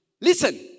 Listen